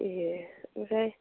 ए ओमफ्राय